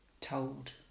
told